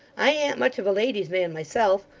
i an't much of a lady's man myself,